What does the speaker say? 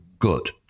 good